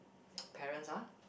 parents ah